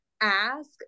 ask